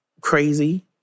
crazy